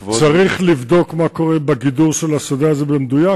צריך לבדוק מה קורה בגידור של השדה הזה במדויק.